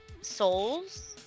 souls